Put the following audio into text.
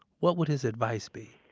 what would his advice be?